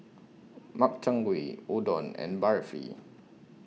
Makchang Gui Udon and Barfi